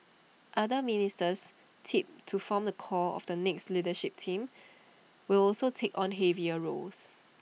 other ministers tipped to form the core of the next leadership team will also take on heavier roles